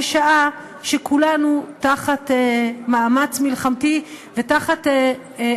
בשעה שכולנו תחת מאמץ מלחמתי ותחת